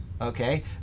okay